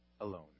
alone